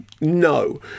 no